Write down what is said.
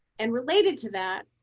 and related to that,